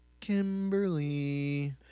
Kimberly